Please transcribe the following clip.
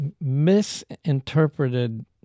misinterpreted